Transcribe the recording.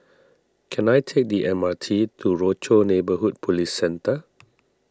can I take the M R T to Rochor Neighborhood Police Centre